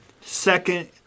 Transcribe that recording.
Second